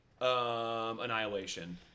Annihilation